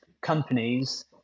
companies